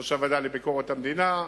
ראש הוועדה לביקורת המדינה,